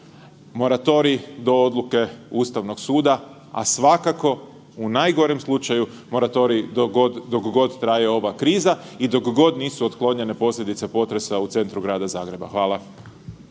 moratorij do odluke Ustavnog suda, a svakako u najgorem slučaju moratorij dok god traje ova kriza i dok god nisu otklonjene posljedice potresa u centru Grada Zagreba. Hvala.